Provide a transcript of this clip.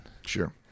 Sure